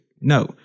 No